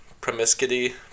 promiscuity